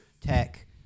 tech